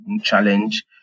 challenge